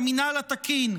למינהל התקין.